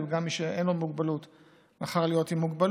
וגם מי שאין לו מוגבלות מחר יכול להיות מוגבל.